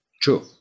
True